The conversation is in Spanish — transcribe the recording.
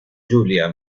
julia